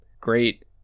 great